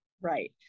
Right